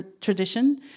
tradition